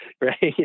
right